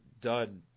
dud